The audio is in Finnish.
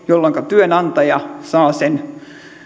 jolloinka työnantaja saa sen